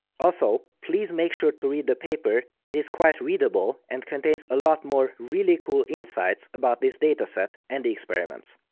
also, please make sure to read the paper, it is quite readable and contains a lot more really cool insights about this dataset and the experiments.